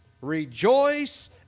Rejoice